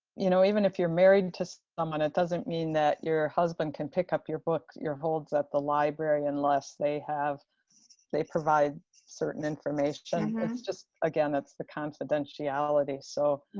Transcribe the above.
you know, even if you're married to someone it doesn't mean that your husband can pick up your books, your holds at the library unless they they provide certain information. it's just again, it's the confidentiality so